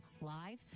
live